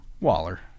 Waller